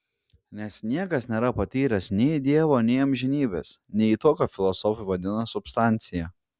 nes niekas nėra patyręs nei dievo nei amžinybės nei to ką filosofai vadina substancija